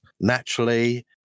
naturally